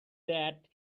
that